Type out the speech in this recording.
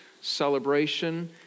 celebration